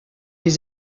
des